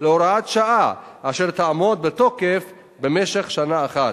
להוראת שעה אשר תעמוד בתוקף במשך שנה אחת.